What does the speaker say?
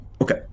Okay